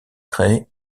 créés